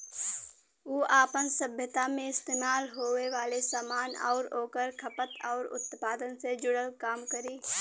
उ आपन सभ्यता मे इस्तेमाल होये वाले सामान आउर ओकर खपत आउर उत्पादन से जुड़ल काम करी